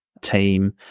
team